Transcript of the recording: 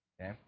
Okay